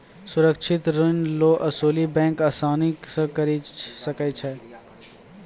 सुरक्षित ऋण रो असुली बैंक आसानी से करी सकै छै